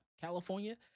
California